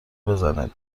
بزنه